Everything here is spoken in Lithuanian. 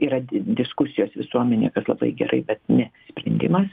yra diskusijos visuomenėje bet labai gerai kad ne sprendimas